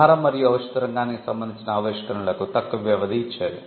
ఆహారం మరియు ఔషధ రంగానికి సంబంధించిన ఆవిష్కరణలకు తక్కువ వ్యవధి ఇచ్చేది